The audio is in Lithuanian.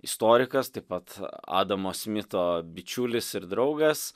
istorikas taip pat adamo smito bičiulis ir draugas